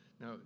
Now